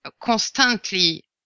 Constantly